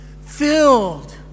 Filled